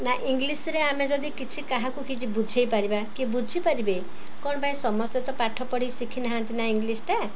ନା ଇଂଲିଶ୍ରେ ଆମେ ଯଦି କିଛି କାହାକୁ କିଛି ବୁଝେଇ ପାରିବା କି ବୁଝିପାରିବେ କ'ଣ ପାଇଁ ସମସ୍ତେ ତ ପାଠ ପଢ଼ି ଶିଖିନାହାନ୍ତି ନା ଇଂଲିଶ୍ଟା